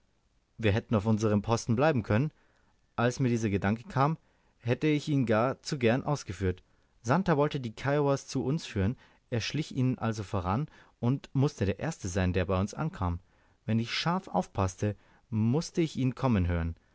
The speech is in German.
wir hätten auf unserm posten bleiben können als mir dieser gedanke kam hätte ich ihn gar zu gern ausgeführt santer wollte die kiowas zu uns führen er schlich ihnen also voran und mußte der erste sein der bei uns ankam wenn ich scharf aufpaßte mußte ich ihn kommen hören